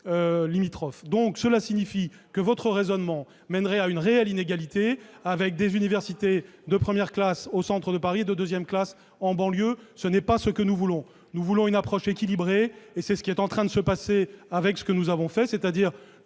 limitrophes. Votre raisonnement mènerait à une réelle inégalité, avec des universités de première classe au centre de Paris et de deuxième classe en banlieue. Ce n'est pas ce que nous voulons. Nous voulons une approche équilibrée, et c'est ce qui est en train de se passer avec ce que nous avons fait, c'est-à-dire